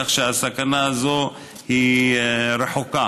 כך שהסכנה הזאת היא רחוקה.